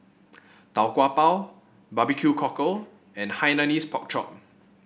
Tau Kwa Pau Barbecue Cockle and Hainanese Pork Chop